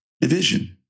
division